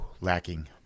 lacking